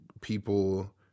people